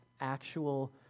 actual